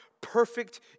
perfect